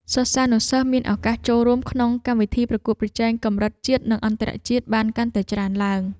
សិស្សានុសិស្សមានឱកាសចូលរួមក្នុងកម្មវិធីប្រកួតប្រជែងកម្រិតជាតិនិងអន្តរជាតិបានកាន់តែច្រើនឡើង។